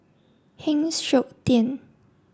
Heng Siok Tian